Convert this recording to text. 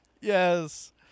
Yes